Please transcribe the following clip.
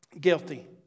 Guilty